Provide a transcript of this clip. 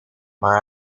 maar